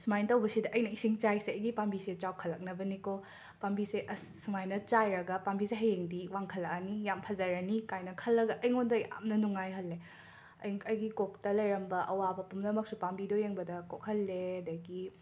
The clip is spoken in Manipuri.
ꯁꯨꯃꯥꯏꯅ ꯇꯧꯕꯁꯤꯗ ꯑꯩꯅ ꯏꯁꯤꯡ ꯆꯥꯏꯔꯤꯁꯦ ꯑꯩꯒꯤ ꯄꯥꯝꯕꯤꯁꯦ ꯆꯥꯎꯈꯠꯂꯛꯅꯕꯅꯤꯀꯣ ꯄꯥꯝꯕꯤꯁꯦ ꯑꯁ ꯁꯨꯃꯥꯏꯅ ꯆꯥꯏꯔꯒ ꯄꯥꯝꯕꯤꯁꯦ ꯍꯌꯦꯡꯗꯤ ꯋꯥꯡꯈꯠꯂꯛꯑꯅꯤ ꯌꯥꯝꯅ ꯐꯖꯔꯅꯤ ꯀꯥꯏꯅ ꯈꯜꯂꯒ ꯑꯩꯉꯣꯟꯗ ꯌꯥꯝꯅ ꯅꯨꯡꯉꯥꯏꯍꯜꯂꯦ ꯑꯩ ꯑꯩꯒꯤ ꯀꯣꯛꯇ ꯂꯩꯔꯝꯕ ꯑꯋꯥꯕ ꯄꯨꯝꯅꯃꯛꯁꯨ ꯄꯥꯝꯕꯤꯗꯣ ꯌꯦꯡꯕꯗ ꯀꯣꯛꯍꯜꯂꯦ ꯑꯗꯒꯤ